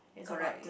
correct